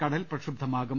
കടൽ പ്രക്ഷുബ്ധമാകും